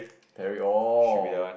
Terry orh